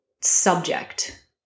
subject